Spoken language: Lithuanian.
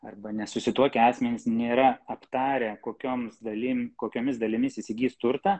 arba nesusituokę asmenys nėra aptarę kokioms dalim kokiomis dalimis įsigis turtą